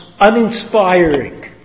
uninspiring